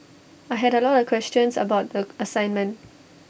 I had A lot of questions about the assignment